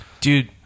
Dude